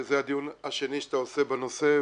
זה הדיון השני שאתה עושה בנושא,